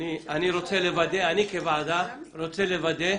אני כוועדה רוצה לוודא,